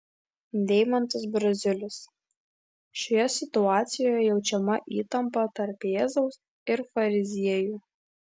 deimantas braziulis šioje situacijoje jaučiama įtampa tarp jėzaus ir fariziejų